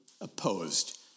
opposed